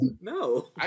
no